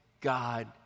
God